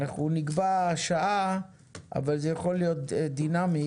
אנחנו נקבע שעה אבל זה יכול להיות דינמי